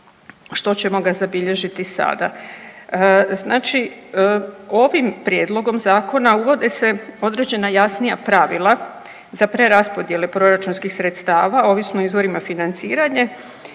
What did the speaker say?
što ćemo ga zabilježiti sada.